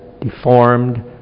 deformed